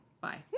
Bye